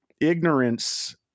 Ignorance